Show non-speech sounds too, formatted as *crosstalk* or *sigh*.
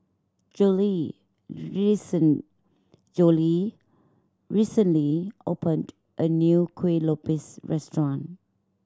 Jolie *unintelligible* Jolie recently opened a new Kueh Lopes restaurant